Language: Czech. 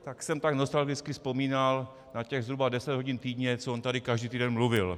Tak jsem tak nostalgicky vzpomínal na těch zhruba deset hodin týdně, co on tady každý týden mluvil.